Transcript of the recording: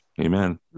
Amen